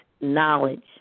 knowledge